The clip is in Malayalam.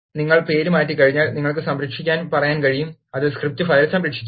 നിങ്ങൾ പേരുമാറ്റിയുകഴിഞ്ഞാൽ നിങ്ങൾക്ക് സംരക്ഷിക്കാൻ പറയാൻ കഴിയും അത് സ്ക്രിപ്റ്റ് ഫയൽ സംരക്ഷിക്കും